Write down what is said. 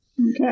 Okay